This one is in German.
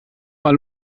mal